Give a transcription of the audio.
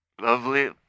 lovely